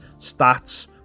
stats